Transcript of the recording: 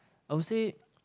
I will say